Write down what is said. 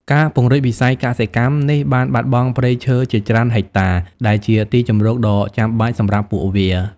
ការពង្រីកវិស័យកសិកម្មនេះបានបាត់បង់ព្រៃឈើជាច្រើនហិកតា ដែលជាទីជម្រកដ៏ចាំបាច់សម្រាប់ពួកវា។